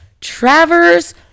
Travers